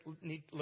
need